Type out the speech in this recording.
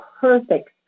perfect